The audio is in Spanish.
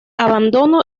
abandono